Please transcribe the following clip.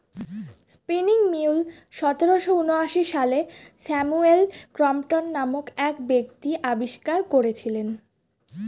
spinning mule সতেরোশো ঊনআশি সালে স্যামুয়েল ক্রম্পটন নামক এক ব্যক্তি আবিষ্কার করেছিলেন